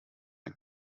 ein